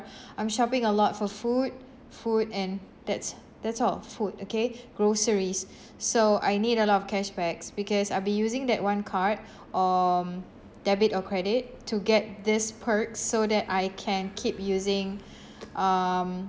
I'm shopping a lot for food food and that's that's all food okay groceries so I need a lot of cashbacks because I'll be using that one card um debit or credit to get these perks so that I can keep using um